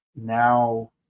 Now